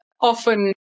often